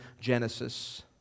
Genesis